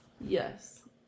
yes